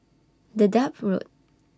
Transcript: Dedap Road